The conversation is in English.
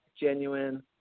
genuine